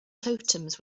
totems